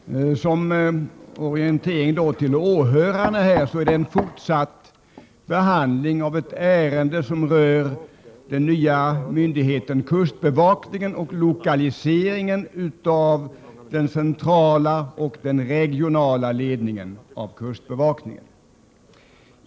Herr talman! Som orientering för åhörarna vill jag påminna om att det här är fråga om en fortsatt behandling av ett ärende som rör den nya myndigheten kustbevakningen och lokaliseringen av den centrala och den regionala ledningen av kustbevakningen.